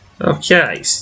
Okay